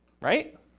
right